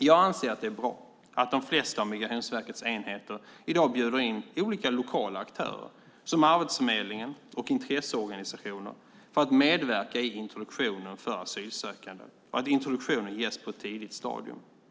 Jag anser att det är bra att de flesta av Migrationsverkets enheter i dag bjuder in olika lokala aktörer, såsom Arbetsförmedlingen och intresseorganisationer, för att medverka i introduktionen för asylsökande och att introduktionen ges på ett tidigt stadium.